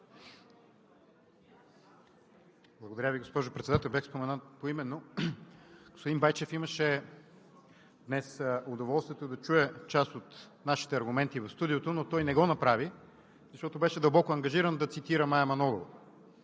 Благодаря Ви, госпожо Председател! Бях споменат поименно. Господин Байчев имаше днес удоволствието да чуе част от нашите аргументи в студиото, но той не го направи, защото беше дълбоко ангажиран да цитира Мая Манолова.